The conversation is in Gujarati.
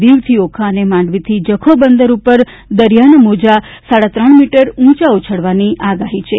દિવથી ઓખા અને માંડવીથી જખૌ બંદર ઉપર દરિયાના મોજા સાડાત્રણ મીટર ઉંચા ઉછળવાની આગાહી છે